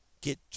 get